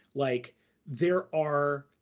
like there are.